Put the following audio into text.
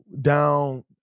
down